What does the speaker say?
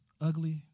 ugly